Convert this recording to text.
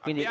quindi